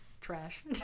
Trash